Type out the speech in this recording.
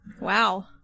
Wow